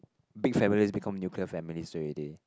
big families become nuclear families already